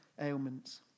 ailments